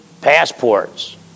passports